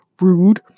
rude